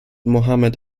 mohamed